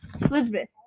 Elizabeth